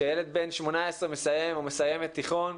שילד בן 18 מסיים או מסיימת תיכון,